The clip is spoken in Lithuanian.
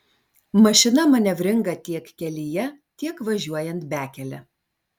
mašina manevringa tiek kelyje tiek važiuojant bekele